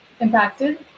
impacted